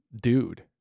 dude